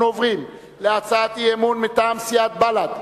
אנחנו עוברים להצעת אי-אמון מטעם סיעת בל"ד,